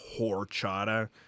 horchata